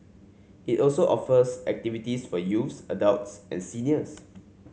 it also offers activities for youths adults and seniors